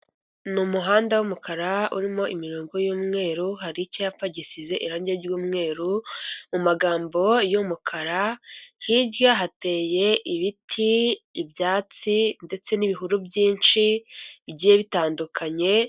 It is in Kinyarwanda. Ni umuhanda w'umukara urimo imirongo y'umweru hari icyapa gisize irangi ry'umweru mu magambo y'umukara hirya hateye ibiti, ibyatsi ndetse n'ibihuru byinshi bitandukanye.